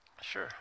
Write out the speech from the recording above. Sure